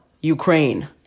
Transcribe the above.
Ukraine